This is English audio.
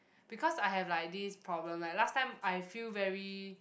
because I have like this problem like last time I feel very